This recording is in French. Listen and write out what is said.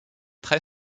très